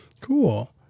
Cool